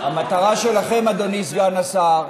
אדוני סגן השר,